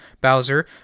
Bowser